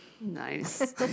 Nice